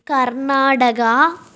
Karnataka